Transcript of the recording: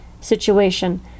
situation